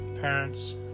parents